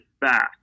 back